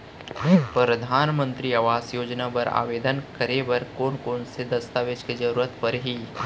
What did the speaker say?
परधानमंतरी आवास योजना बर आवेदन करे बर कोन कोन से दस्तावेज के जरूरत परही?